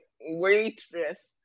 Waitress